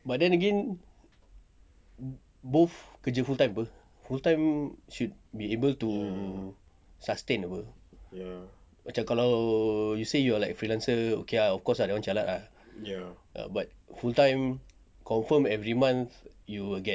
but then again both kerja full-time [pe] full-time should be able to sustain apa macam kalau you say you like freelancer okay ah of course ah that one jialat but but full-time confirm every month you will get